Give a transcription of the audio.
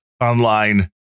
Online